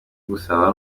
gusaba